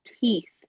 teeth